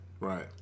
Right